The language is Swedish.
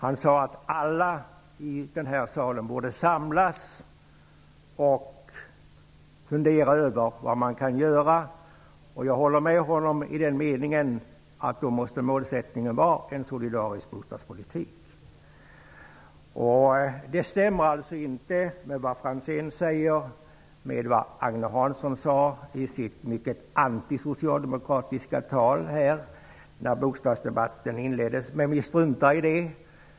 Han sade att alla i den här salen borde samlas och fundera över vad man kan göra. Jag håller med honom i den meningen att målsättningen då måste vara en solidarisk bostadspolitik. Det som Ivar Franzén sade stämmer alltså inte med vad Agne Hansson sade i sitt mycket antisocialdemokratiska tal när bostadsdebatten inleddes här. Men vi struntar i det!